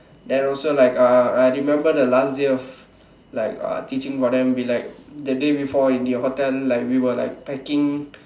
then also like uh I remember the last day of like uh teaching for them we like that day before at the hotel like we were like packing